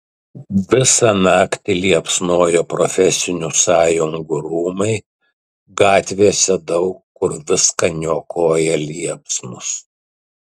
visą naktį liepsnojo profesinių sąjungų rūmai gatvėse daug kur viską niokoja liepsnos